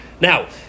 Now